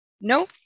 No